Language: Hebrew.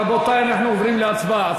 רבותי, אנחנו עוברים להצבעה.